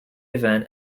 event